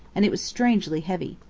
and it was strangely heavy.